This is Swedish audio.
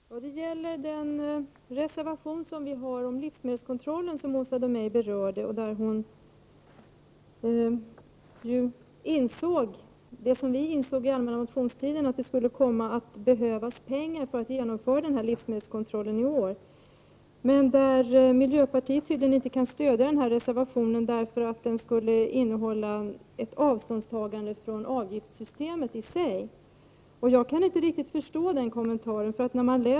Herr talman! Det gäller den vpk-reservation om livsmedelskontrollen som Åsa Domeij berörde. Hon har nu insett det som vi insåg under allmänna motionstiden, nämligen att det skulle komma att behövas pengar för att genomföra livsmedelskontrollen i år. Miljöpartiet kan tydligen inte stödja reservationen därför att den skulle innehålla ett avståndstagande från avgiftssystemet i sig. Jag kan inte riktigt förstå den kommentaren.